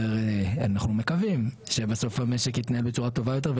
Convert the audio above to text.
אנחנו מקווים שהמשק יתנהל בצורה טובה יותר,